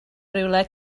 rhywle